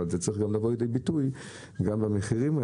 אבל ה צריך לבוא לידי ביטוי גם במחירים.